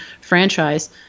franchise